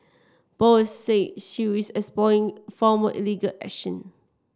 Bose said she is exploring formal illegal action